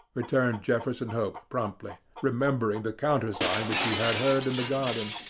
returned jefferson hope promptly, remembering the countersign which he had heard in the garden.